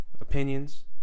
opinions